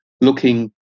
looking